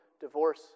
divorce